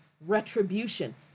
retribution